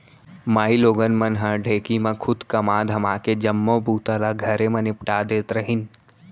माइलोगन मन ह ढेंकी म खुंद कमा धमाके जम्मो बूता ल घरे म निपटा देत रहिन